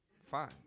Fine